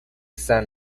san